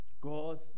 God